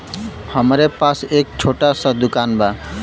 हमरे पास एक छोट स दुकान बा